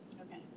Okay